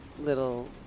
little